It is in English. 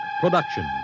production